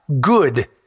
good